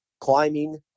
climbing